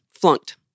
flunked